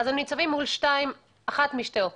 הם ניצבים מול אחת משתי אופציות.